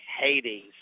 Hades